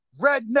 Redneck